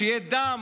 שיהיה דם,